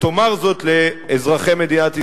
ותאמר זאת לאזרחי מדינת ישראל.